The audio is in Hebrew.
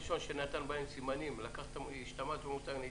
הראשון ש-"נתן בהם סימנים" המושג בו השתמשת, היה